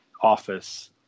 office